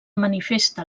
manifesta